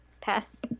Pass